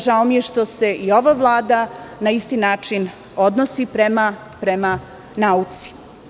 Žao mi je što se i ova Vlada na isti način odnosi prema nauci.